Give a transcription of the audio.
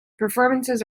performances